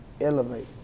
elevate